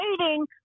waiting